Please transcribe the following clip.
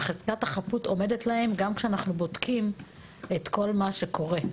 חזקת החפות עומדת להם גם כשאנחנו בודקים את כל מה שקורה.